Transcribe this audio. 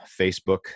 Facebook